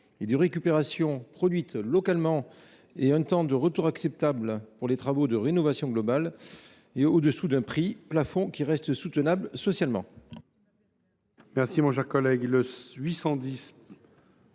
et de récupération produites localement et un temps de retour acceptable pour les travaux de rénovation globale, et, d’autre part, au dessous d’un prix plafond qui reste soutenable socialement.